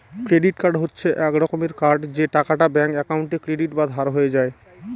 credit card হচ্ছে এক রকমের কার্ড যে টাকাটা ব্যাঙ্ক একাউন্টে ক্রেডিট বা ধার হয়ে যায়